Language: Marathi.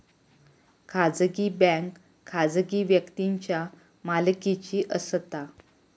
खाजगी बँक खाजगी व्यक्तींच्या मालकीची असता